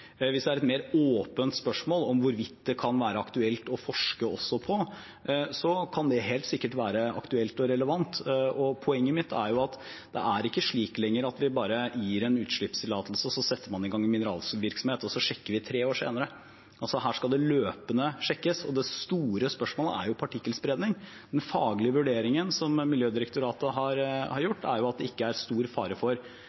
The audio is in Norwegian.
Hvis det er et mer åpent spørsmål om hvorvidt det kan være aktuelt også å forske på dette, kan det helt sikkert være aktuelt og relevant. Poenget mitt er at det ikke lenger er slik at vi bare gir en utslippstillatelse, og så setter man i gang med mineralvirksomhet, og så sjekker vi tre år senere. Her skal det sjekkes løpende, og det store spørsmålet er jo partikkelspredning. Den faglige vurderingen som Miljødirektoratet har